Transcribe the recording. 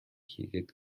хийгээд